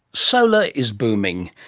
solar is booming.